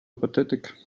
apathetic